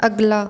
ਅਗਲਾ